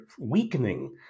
weakening